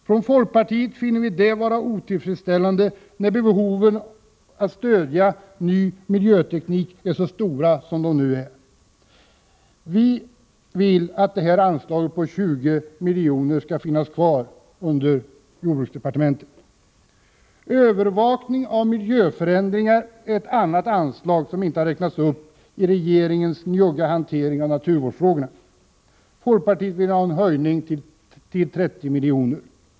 Från folkpartiets sida finner vi detta vara otillfredsställande, när behoven att stödja ny miljöteknik är så stora som de nu är. Vi vill att anslaget på 20 miljoner för miljöteknik skall finnas kvar under jordbruksdepartementet. Anslaget för övervakning av miljöförändringar är ett annat anslag som inte har räknats upp i regeringens njugga hantering av naturvårdsfrågorna. Folkpartiet vill här ha en höjning till 30 milj.kr.